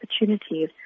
opportunities